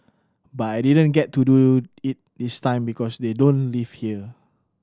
but I didn't get to do it this time because they don't live here